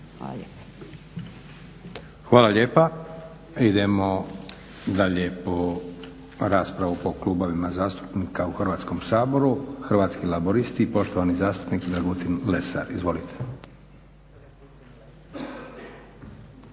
Josip (SDP)** Hvala lijepa. Idemo dalje raspravu po klubovima zastupnika u Hrvatskom saboru. Hrvatski laburisti i poštovani zastupnik Dragutin Lesar. Izvolite.